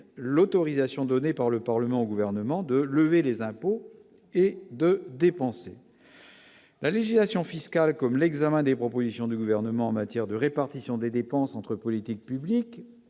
l'autorisation donnée par le Parlement au gouvernement de lever les impôts et de dépenser. La législation fiscale comme l'examen des propositions du gouvernement en matière de répartition des dépenses entre politiques publiques